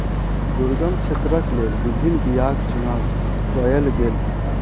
दुर्गम क्षेत्रक लेल विभिन्न बीयाक चुनाव कयल गेल